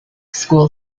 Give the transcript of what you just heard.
school